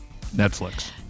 Netflix